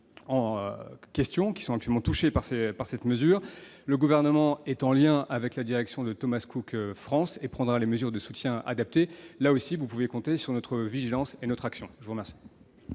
les 780 emplois français touchés par cette mesure, le Gouvernement est en liaison avec la direction de Thomas Cook France et prendra les mesures de soutien adaptées. Là aussi, vous pouvez compter sur notre vigilance et notre action. La parole